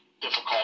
difficult